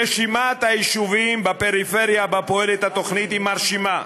רשימת היישובים בפריפריה שבה פועלת התוכנית היא מרשימה.